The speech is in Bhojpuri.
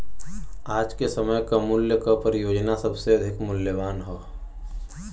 आज के समय क मूल्य क परियोजना सबसे अधिक मूल्यवान हौ